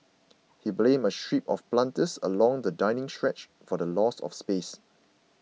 he blamed a strip of planters along the dining stretch for the loss of space